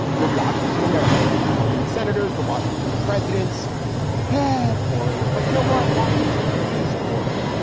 the washington americans, the washington senators, the washington presidents had boring. but you know what washington is. boring.